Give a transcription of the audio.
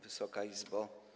Wysoka Izbo!